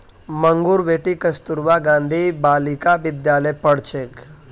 मंगूर बेटी कस्तूरबा गांधी बालिका विद्यालयत पढ़ छेक